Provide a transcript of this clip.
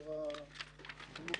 בצורה מלוכדת,